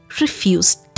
refused